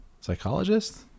psychologist